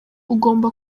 ugomba